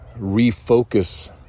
refocus